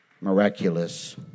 miraculous